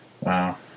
wow